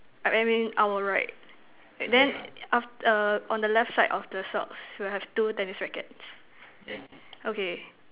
I mean our right and then af~ err on the left side of the socks we have two tennis rackets okay